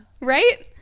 Right